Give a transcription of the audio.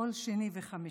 כל שני וחמישי.